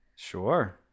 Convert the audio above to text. sure